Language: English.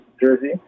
Jersey